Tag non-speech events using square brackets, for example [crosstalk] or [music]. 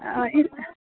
[unintelligible]